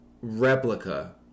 replica